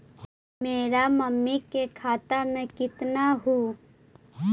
मेरा मामी के खाता में कितना हूउ?